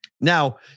Now